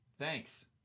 Thanks